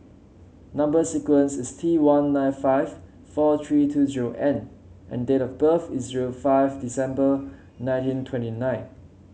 number sequence is T one nine five four three two zero N and date of birth is zero five December nineteen twenty nine